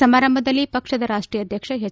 ಸಮಾರಂಭದಲ್ಲಿ ಪಕ್ಷದ ರಾಷ್ಟೀಯ ಅಧ್ಯಕ್ಷ ಹೆಚ್